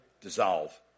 dissolve